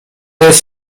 jest